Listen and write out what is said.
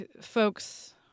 folks